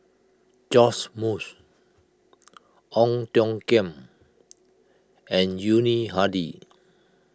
Joash Moo Ong Tiong Khiam and Yuni Hadi